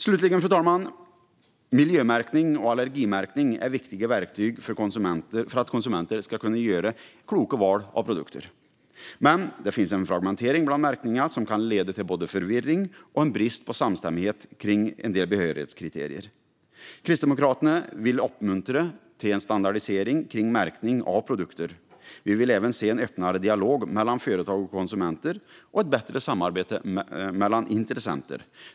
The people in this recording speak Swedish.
Slutligen, fru talman, är miljö och allergimärkning viktiga verktyg för att konsumenter ska kunna göra kloka val av produkter. Men det finns en fragmentering bland märkningarna som kan leda till både förvirring och en brist på samstämmighet kring en del behörighetskriterier. Kristdemokraterna vill uppmuntra till en standardisering kring märkning av produkter. Vi vill även se en öppnare dialog mellan företag och konsumenter och ett bättre samarbete mellan intressenter.